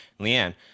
Leanne